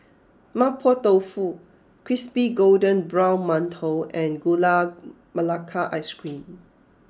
Mapo Tofu Crispy Golden Brown Mantou and Gula Melaka Ice Cream